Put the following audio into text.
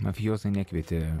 mafijozai nekvietė